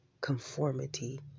conformity